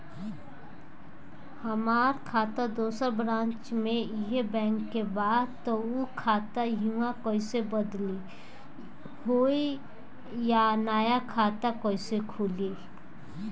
हमार खाता दोसर ब्रांच में इहे बैंक के बा त उ खाता इहवा कइसे बदली होई आ नया खाता कइसे खुली?